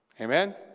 Amen